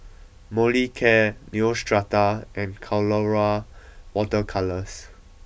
Molicare Neostrata and Colora water colours